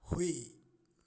ꯍꯨꯏ